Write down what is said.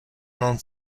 non